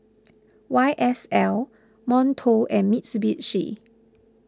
Y S L Monto and Mitsubishi